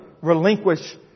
relinquish